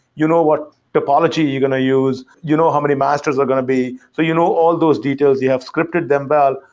you know what topology you're going to use. you know how many masters are going to be. so you know all those details. you have scripted them well,